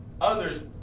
others